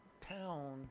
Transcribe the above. town